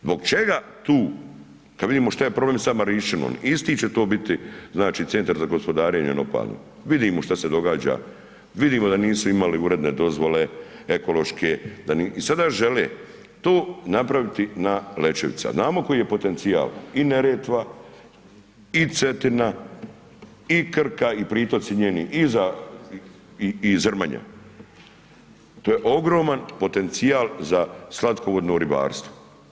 Zbog čega tu, kad vidimo šta je problem sa Marinšćinom, isti će to biti, znači Centar za gospodarenjem otpadom, vidimo šta se događa, vidimo da nisu imali uredne dozvole ekološke i sada žele to napraviti na Lećevici, a znamo koji je potencijal, i Neretva i Cetina i Krka i pritoci njeni i Zrmanja, to je ogroman potencijal za slatkovodno ribarstvo.